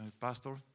pastor